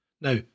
Now